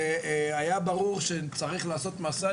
והיה ברור שצריך לעשות מעשה.